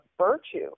virtue